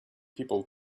people